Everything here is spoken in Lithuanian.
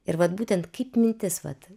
ir vat būtent kaip mintis vat